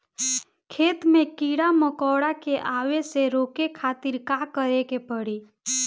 खेत मे कीड़ा मकोरा के आवे से रोके खातिर का करे के पड़ी?